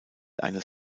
eines